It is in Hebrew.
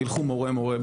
תלכו מורה-מורה,